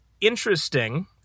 interesting